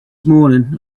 morning